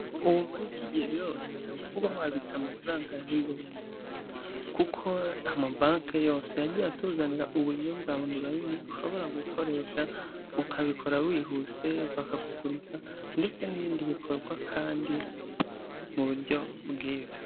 Ubu muri iki gihe biroroshye cyane kuba wabitse amafaranga yawe wibereye mu rugo, kuko amabanki yose yagiye atuzanira uburyo bwa onorayini ushobora gukoresha ukabikora wihuse, bakakuguriza ndetse n'ibindi bikorwa kandi mu buryo bwiza.